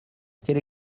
quelle